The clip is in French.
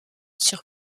sur